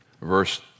Verse